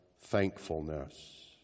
thankfulness